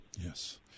Yes